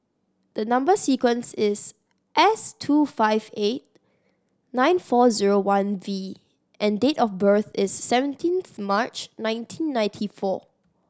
the number sequence is S two five eight nine four zero one V and date of birth is seventeenth March nineteen ninety four